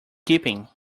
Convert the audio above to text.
keeping